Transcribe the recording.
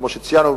כמו שציינו,